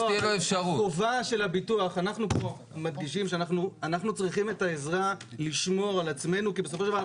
אנחנו מדגישים שאנחנו צריכים את העזרה לשמור על עצמנו כי בסופו של דבר,